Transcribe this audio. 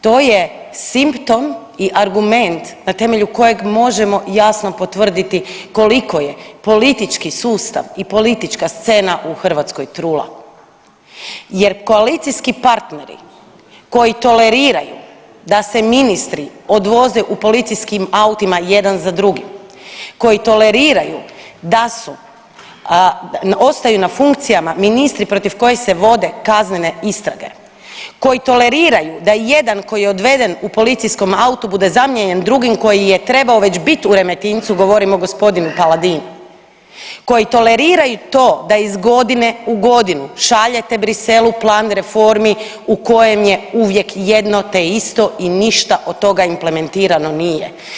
To je simptom i argument na temelju kojeg možemo jasno potvrditi koliko je politički sustav i politička scena u Hrvatskoj trula jer koalicijski partneri koji toleriraju da se ministri odvoze u policijskim autima jedan za drugim, koji toleriraju da su, ostaju na funkcijama ministri protiv kojih se vode kaznene istrage, koji toleriraju da jedan koji je odveden u policijskom autu bude zamijenjen drugim koji je trebao već biti u Remetincu govorim o gospodinu Paladinu, koji toleriraju to da iz godine u godinu šaljete Bruxellesu plan reformi u kojem je uvijek jedno to isto i ništa od toga implementirano nije.